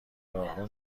راهرو